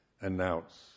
announce